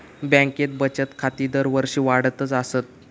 बँकेत बचत खाती दरवर्षी वाढतच आसत